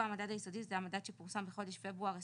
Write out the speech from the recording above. פה המדד היסודי הוא המדד שפורסם בחודש פברואר 2022,